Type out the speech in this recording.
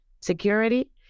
security